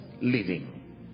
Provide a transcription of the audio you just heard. living